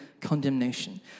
condemnation